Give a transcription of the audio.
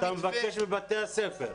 אתה מבקש מבתי הספר?